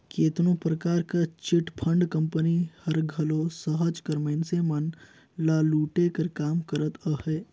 केतनो परकार कर चिटफंड कंपनी हर घलो सहज कर मइनसे मन ल लूटे कर काम करत अहे